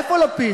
איפה לפיד?